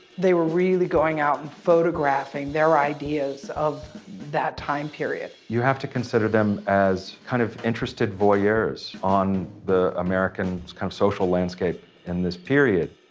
they were really going out and photographing their ideas of that time period. you have to consider them as kind of interested voyeurs on the american kind of social landscape in this period.